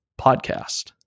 podcast